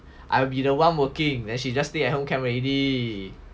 I'll be the one working then she just stay at home can already